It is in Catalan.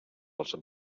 els